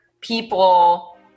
people